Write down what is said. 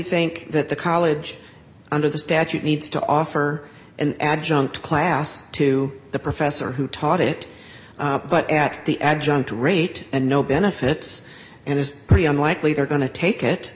think that the college under the statute needs to offer an adjunct class to the professor who taught it but at the adjunct rate and no benefits and is very unlikely they're going to take it